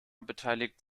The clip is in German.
beteiligt